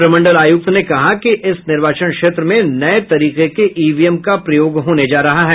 प्रमंडल आयुक्त ने कहा कि इस निर्वाचन क्षेत्र में नये तरीके के ईवीएम का प्रयोग होने जा रहा है